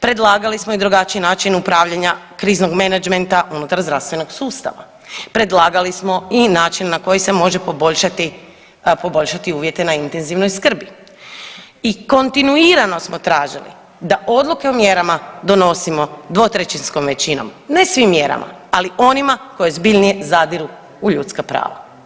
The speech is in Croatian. Predlagali smo i drugačiji način upravljanja kriznog menadžmenta unutar zdravstvenog sustava, predlagali smo i način na koji se može poboljšati, poboljšati uvjete na intenzivnoj skrbi i kontinuirano smo tražili da odluke o mjerama donosimo dvotrećinskom većinom, ne svim mjerama, ali onima koje ozbiljnije zadiru u ljudska prava.